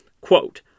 Quote